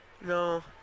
No